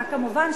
כמובן,